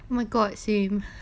!wow! same